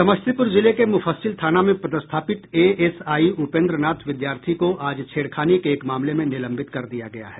समस्तीपुर जिले के मुफस्सिल थाना में पदस्थापित एएसआई उपेंद्र नाथ विद्यार्थी को आज छेड़खानी के एक मामले में निलंबित कर दिया गया है